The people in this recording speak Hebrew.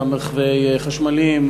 גם רכבים חשמליים,